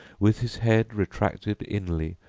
with his head retracted inly,